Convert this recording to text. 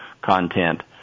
content